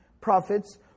prophets